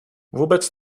vůbec